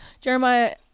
Jeremiah